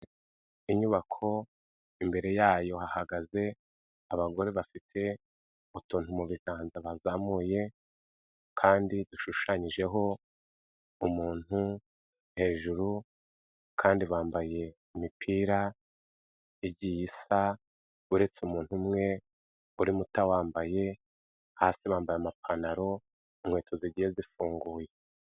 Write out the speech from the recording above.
Inyubako imbere yayo hahagaze abagore bafite utuntu mu biganza bazamuye, kandi dushushanyijeho umuntu hejuru, kandi bambaye imipira igiye isa, uretse umuntu umwe urimo utawambaye hasi bambaye amapantaro, inkweto zigiye zifunguye.